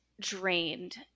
Drained